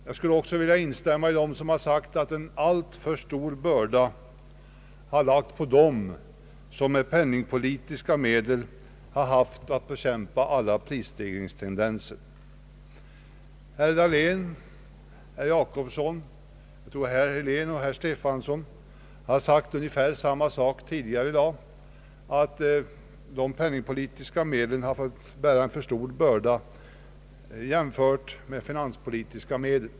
Jag skulle också vilja instämma med dem som sagt att en alltför stor börda lagts på dem som med penningpolitiska medel haft att bekämpa alla prisstegringstendenser. Herr Dahlén och herr Jacobsson, och jag tror även herr Helén och herr Stefanson, har sagt ungefär samma sak tidigare i dag, nämligen att penningpolitiska medel fått bära en alltför stor börda, jämfört med finanspolitiska medel.